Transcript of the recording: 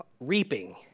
reaping